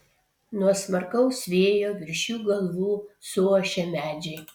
nuo smarkaus vėjo virš jų galvų suošia medžiai